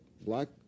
black